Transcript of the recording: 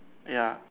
ya